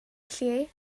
lle